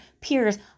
peers